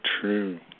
true